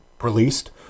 released